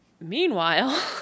Meanwhile